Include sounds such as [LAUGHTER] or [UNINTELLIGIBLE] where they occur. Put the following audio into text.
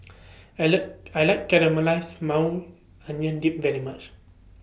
I like I like Caramelized [UNINTELLIGIBLE] Onion Dip very much